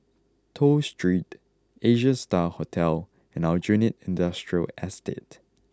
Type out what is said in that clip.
Toh Street Asia Star Hotel and Aljunied Industrial Estate